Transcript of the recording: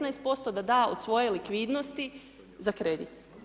15% da da od svoje likvidnosti za kredit.